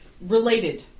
Related